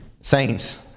saints